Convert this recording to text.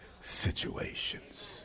situations